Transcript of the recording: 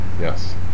yes